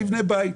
תבנה בית,